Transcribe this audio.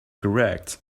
correct